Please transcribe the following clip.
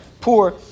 poor